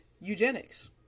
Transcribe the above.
eugenics